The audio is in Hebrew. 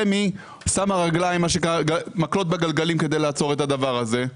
רמ"י שמה מקלות בגלגלים כדי לעצור את הדבר הזה.